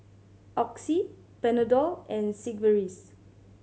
Oxy Panadol and Sigvaris